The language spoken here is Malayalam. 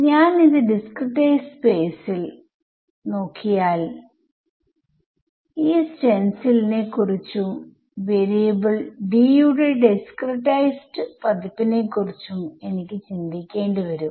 ഞാൻ ഇത് ഡിസ്ക്രിടൈസ് സ്പേസിൽ നോക്കിയാൽ ഈ സ്റ്റെൻസിൽസിനെ കുറിച്ചും വാരിയബിൾ D യുടെ ഡിസ്ക്രിടൈസ്ഡ് പതിപ്പിനെ കുറിച്ചും എനിക്ക് ചിന്തിക്കേണ്ടി വരും